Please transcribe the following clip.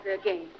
again